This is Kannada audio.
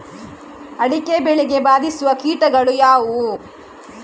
ಅಡಿಕೆ ಬೆಳೆಗೆ ಬಾಧಿಸುವ ಕೀಟಗಳು ಯಾವುವು?